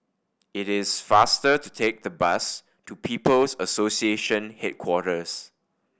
it is faster to take the bus to People's Association Headquarters